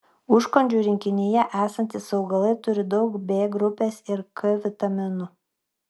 užkandžių rinkinyje esantys augalai turi daug b grupės ir k vitaminų